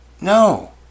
No